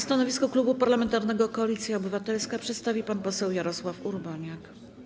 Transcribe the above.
Stanowisko Klubu Parlamentarnego Koalicja Obywatelska przedstawi pan poseł Jarosław Urbaniak.